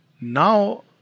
Now